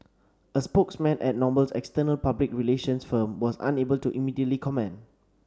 a spokesman at Noble's external public relations firm was unable to immediately comment